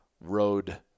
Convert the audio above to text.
road